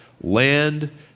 land